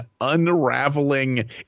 unraveling